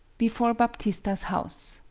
before baptista's house.